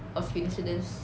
of uni students